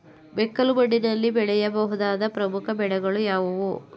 ಮೆಕ್ಕಲು ಮಣ್ಣಿನಲ್ಲಿ ಬೆಳೆಯ ಬಹುದಾದ ಪ್ರಮುಖ ಬೆಳೆಗಳು ಯಾವುವು?